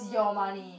your money